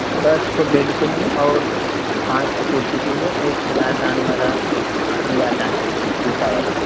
दस ठो बेड चाहिए और पाँच ठो कुर्सी चाहिए एक श्रृंगारदान वाला श्रृंगारदान चाहिए शीशा वाला